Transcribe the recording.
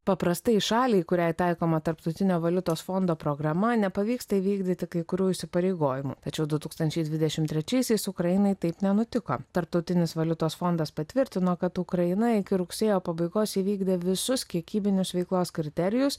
paprastai šaliai kuriai taikoma tarptautinio valiutos fondo programa nepavyksta įvykdyti kai kurių įsipareigojimų tačiau du tūkstančiai dvidešim trečiaisiais ukrainai taip nenutiko tarptautinis valiutos fondas patvirtino kad ukraina iki rugsėjo pabaigos įvykdė visus kiekybinius veiklos kriterijus